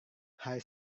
hari